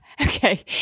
Okay